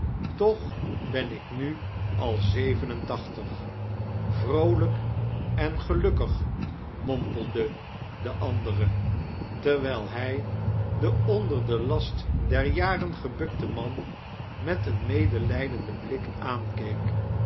toch ben ik nu al zeven en tachtig vroolijk en gelukkig mompelde de andere terwijl hij den onder den last der jaren gebukten man met een medelijdenden blik aankeek